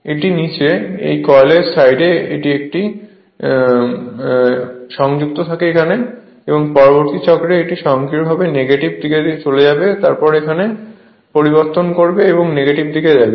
এটি নিচে এই কয়েল সাইডটি একটি এর সাথে সংযুক্ত কারণ পরবর্তী চক্র এটি স্বয়ংক্রিয়ভাবে নেগেটিভ দিকে চলে যাবে এটি তার অবস্থান পরিবর্তন করবে এবং নেগেটিভ দিকে যাবে